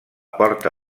porta